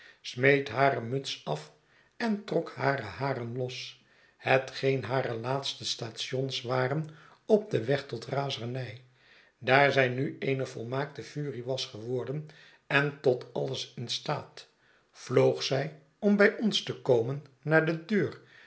hare muts af en trok hare haren los hetgeen hare laatste stations waren op den weg tot razernij daar zij nu eene volmaakte furie was geworden en tot alles in staat vloog zij om bij ons te komen naar de deur